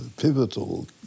pivotal